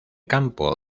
campo